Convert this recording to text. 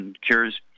Cures